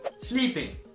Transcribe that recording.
Sleeping